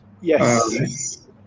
yes